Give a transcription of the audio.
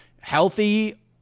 healthy